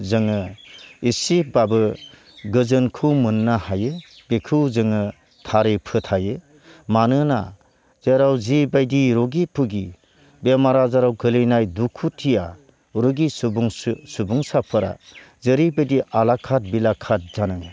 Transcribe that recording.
जोङो एसेब्लाबो गोजोनखौ मोननो हायो बेखौ जोङो थारै फोथायो मानोना जेराव जिबायदि रगि फगि बेमार आजाराव गोलैनाय दुखुथिया रगि सुबुं सुबुंसाफोरा जेरैबायदि आलाखाद बिलाखाद जानाङो